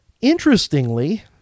Interestingly